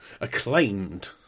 acclaimed